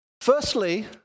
Firstly